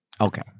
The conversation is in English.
Okay